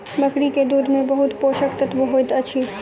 बकरी के दूध में बहुत पोषक तत्व होइत अछि